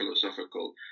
philosophical